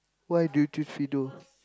why do you choose Fiido